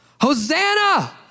Hosanna